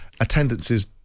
attendances